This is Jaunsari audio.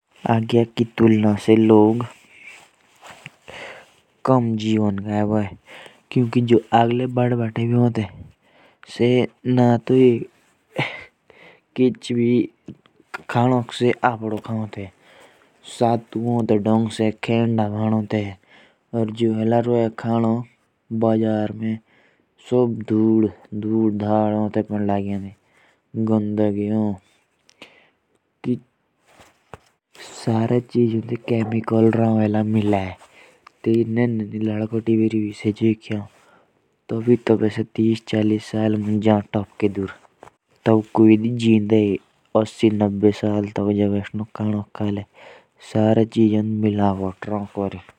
अब के खाने और पहिले के खाने में बहुत जादा फ़र्क है। क्यूंकि अब के खाने में अब मिलावट हो रही है। और जो पहिले खाते थे अपना उगा के खाते थे।